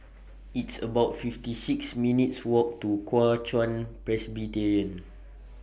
It's about fifty six minutes' Walk to Kuo Chuan Presbyterian